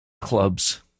clubs